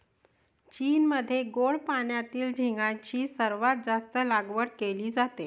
चीनमध्ये गोड पाण्यातील झिगाची सर्वात जास्त लागवड केली जाते